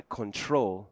control